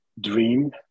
dream